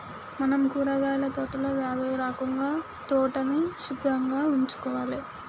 మనం కూరగాయల తోటలో వ్యాధులు రాకుండా తోటని సుభ్రంగా ఉంచుకోవాలి